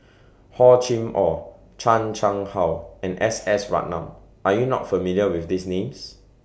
Hor Chim Or Chan Chang How and S S Ratnam Are YOU not familiar with These Names